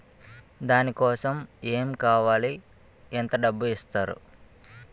దాని కోసం ఎమ్ కావాలి డబ్బు ఎంత ఇస్తారు?